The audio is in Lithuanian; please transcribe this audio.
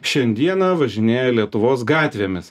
šiandieną važinėja lietuvos gatvėmis